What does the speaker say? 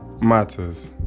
matters